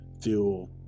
feel